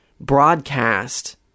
broadcast